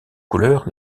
couleur